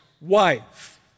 wife